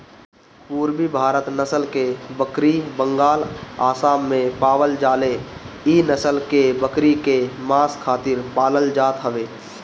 पुरबी भारत नसल के बकरी बंगाल, आसाम में पावल जाले इ नसल के बकरी के मांस खातिर पालल जात हवे